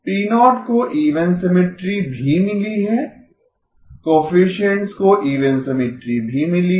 P0 को even symmetry भी मिली है कोएफिसिएन्ट्स को इवन सिमिट्री भी मिली है